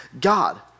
God